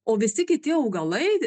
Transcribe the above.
o visi kiti augalai